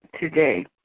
today